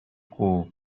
cool